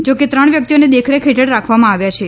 જોકે ત્રણ વ્યક્તિઓને દેખરેખ હેઠળ રાખવામાં આવ્યા છે